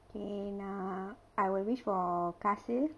K ah I would wish for காசு:kaasu